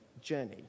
journey